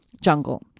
jungle